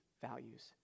values